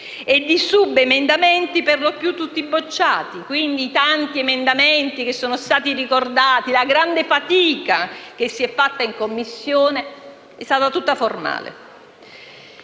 e di subemendamenti, perlopiù tutti bocciati. Quindi i tanti emendamenti che sono stati ricordati, la grande fatica che si è fatta in Commissione è stata tutta formale.